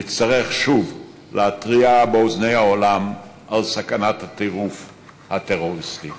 נצטרך שוב להתריע באוזני העולם על סכנת הטירוף הטרוריסטי.